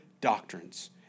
doctrines